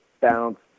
bounce